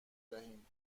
دهیم